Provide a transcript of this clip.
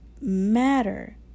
matter